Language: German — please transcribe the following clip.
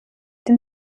den